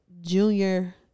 junior